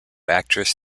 actress